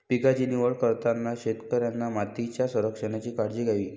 पिकांची निवड करताना शेतकऱ्याने मातीच्या संरक्षणाची काळजी घ्यावी